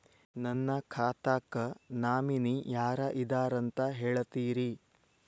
ನನ್ನ ಖಾತಾಕ್ಕ ನಾಮಿನಿ ಯಾರ ಇದಾರಂತ ಹೇಳತಿರಿ?